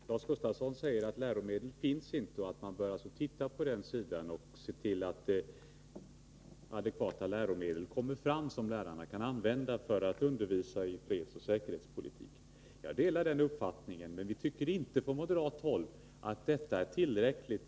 Fru talman! Lars Gustafsson sade att det inte finns några läromedel och att man alltså bör undersöka den sidan och se till att det kommer fram adekvata läromedel som lärarna kan använda för att undervisa i fredsoch säkerhetspolitik. Jag delar denna uppfattning, men på moderat håll tycker vi inte att detta är tillräckligt.